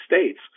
States